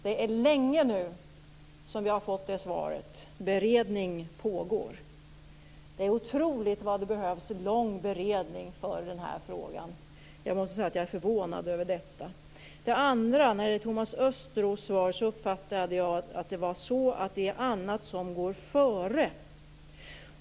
Det är länge nu som vi har fått svaret: Beredning pågår. Det är otroligt att det behövs en så lång beredning av den här frågan. Jag måste säga att jag är förvånad över detta. När det gäller det andra om Thomas Östros svar uppfattade jag det så att det är annat som går före.